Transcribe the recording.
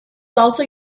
also